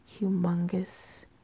humongous